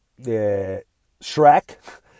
Shrek